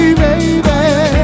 baby